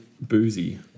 boozy